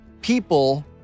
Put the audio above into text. people